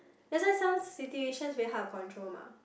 that's why some situations very hard to control mah